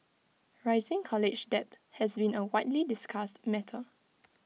rising college debt has been A widely discussed matter